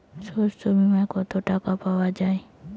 শস্য বিমায় কত টাকা পাওয়া যায়?